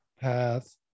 path